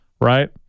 right